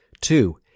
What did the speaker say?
two